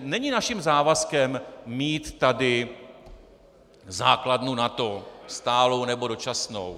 Není naším závazkem mít tady základnu NATO, stálou nebo dočasnou.